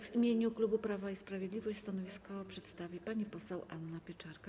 W imieniu klubu Prawo i Sprawiedliwość stanowisko przedstawi pani poseł Anna Pieczarka.